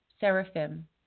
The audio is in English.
seraphim